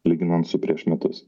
lyginant su prieš metus